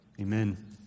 Amen